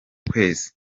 kwezi